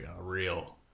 real